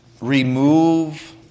remove